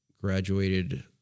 graduated